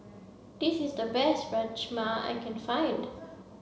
this is the best Rajma I can find